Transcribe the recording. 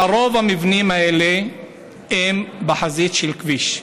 לרוב, המבנים האלה הם בחזית של כביש.